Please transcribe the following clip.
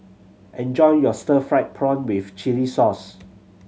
enjoy your stir fried prawn with chili sauce